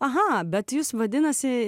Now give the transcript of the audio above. aha bet jūs vadinasi